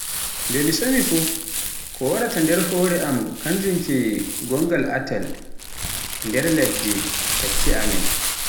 Nde mi somi fuf, ko waraata nder hoore am, kanjum ke gongaal atal e nder ladde takki amin.